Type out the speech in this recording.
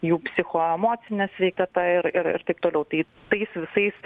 jų psichoemocinė sveikata ir ir ir taip toliau tai tais visais